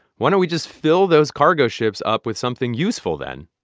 why don't we just fill those cargo ships up with something useful then?